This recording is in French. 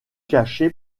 caché